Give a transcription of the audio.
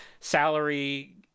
salary